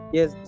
Yes